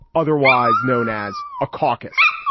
otherwise known as a caucus.